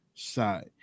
side